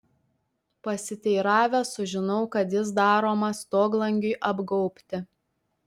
pasiteiravęs sužinau kad jis daromas stoglangiui apgaubti